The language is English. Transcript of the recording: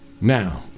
now